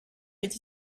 est